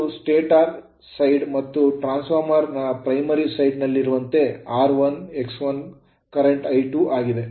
ಇದು stator side ಮತ್ತು transformer primary side ನಲ್ಲಿರುವಂತೆ r1 x1 ಕರೆಂಟ್ I1 ಆಗಿದೆ